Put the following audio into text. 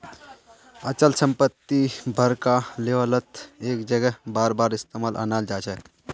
अचल संपत्ति बड़का लेवलत एक जगह बारबार इस्तेमालत अनाल जाछेक